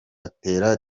atera